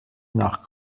nach